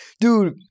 Dude